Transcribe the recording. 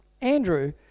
Andrew